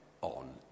on